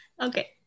okay